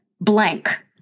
blank